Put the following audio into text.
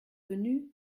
venu